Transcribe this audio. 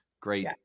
great